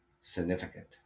significant